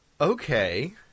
Okay